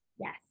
Yes